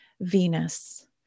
Venus